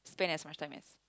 spend as much time as